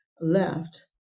left